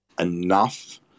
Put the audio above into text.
enough